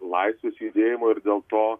laisvės judėjimo ir dėl to